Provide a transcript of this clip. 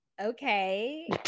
okay